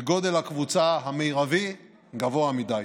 והקבוצה המרבית גדולה מדי,